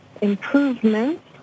improvements